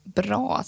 bra